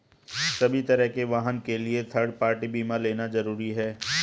सभी तरह के वाहन के लिए थर्ड पार्टी बीमा लेना जरुरी होता है